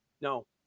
No